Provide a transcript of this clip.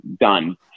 done